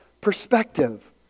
perspective